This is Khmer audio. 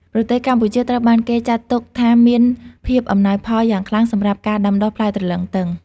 ប្រទេសកម្ពុជាត្រូវបានគេចាត់ទុកថាមានភាពអំណោយផលយ៉ាងខ្លាំងសម្រាប់ការដាំដុះផ្លែទ្រលឹងទឹង។